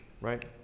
right